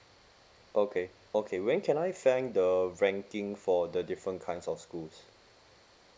okay okay when can I find the ranking for the different kinds of school